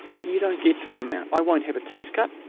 you don't get to come out. i won't have a tax cut,